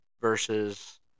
versus